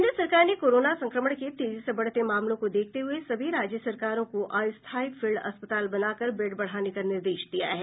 केन्द्र सरकार ने कोरोना संक्रमण के तेजी से बढ़ते मामलों को देखते हुये सभी राज्य सरकारों को अस्थायी फील्ड अस्पताल बना कर बेड बढ़ाने का निर्देश दिया है